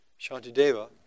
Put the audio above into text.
Shantideva